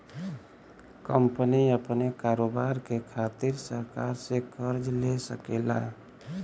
company अपने कारोबार के खातिर सरकार से कर्ज ले सकेला